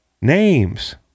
Names